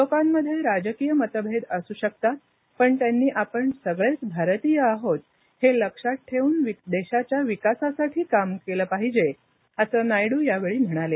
लोकांमध्ये राजकीय मतभेद असू शकतात पण त्यांनी आपण सगळेच भारतीय आहोत हे लक्षात ठेवून देशाच्या विकासासाठी काम केलं पाहिजे असं नायडू यावेळी म्हणाले